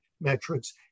metrics